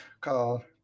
called